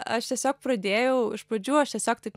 aš tiesiog pradėjau iš pradžių aš tiesiog taip